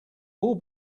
all